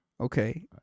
Okay